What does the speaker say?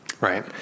right